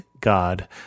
God